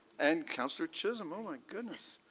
and councillor chisholm. oh, my goodness.